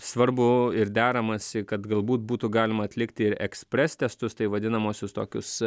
svarbu ir deramasi kad galbūt būtų galima atlikti ir ekspres testus tai vadinamuosius tokius